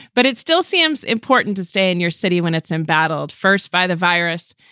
but it still seems important to stay in your city when it's embattled first by the virus.